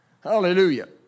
Hallelujah